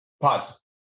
Pause